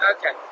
Okay